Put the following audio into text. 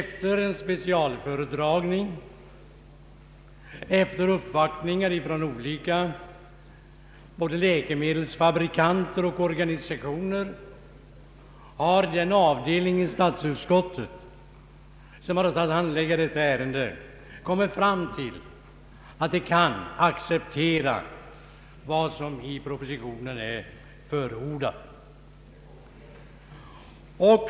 Efter en <specialföredragning, efter uppvaktningar från olika läkemedelsfabrikanter och organisationer har den avdelning i statsutskottet som haft att handlägga detta ärende kommit fram till att man kan acceptera vad som i propositionen är förordat.